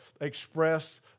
express